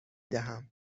دهم